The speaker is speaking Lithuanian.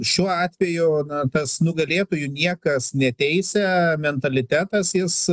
šiuo atveju na tas nugalėtojų niekas neteisia mentalitetas jis